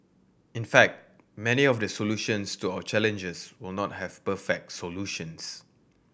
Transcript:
in fact many of the solutions to our challenges will not have perfect solutions